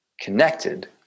connected